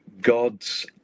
God's